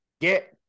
Get